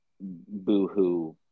boohoo